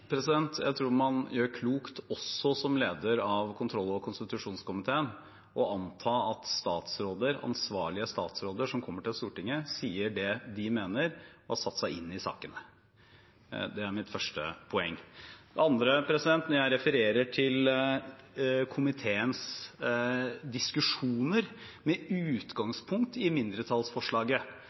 Jeg tror man gjør klokt i – også som leder av kontroll- og konstitusjonskomiteen – å anta at ansvarlige statsråder som kommer til Stortinget, sier det de mener, og har satt seg inn i sakene. Det er mitt første poeng. Det andre er at når jeg refererer til komiteens diskusjoner med utgangspunkt i mindretallsforslaget